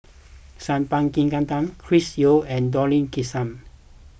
Sat Pal Khattar Chris Yeo and Dollah Kassim